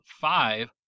five